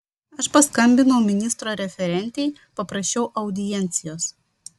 aš paskambinau ministro referentei paprašiau audiencijos